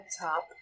top